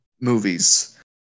movies